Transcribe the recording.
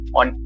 on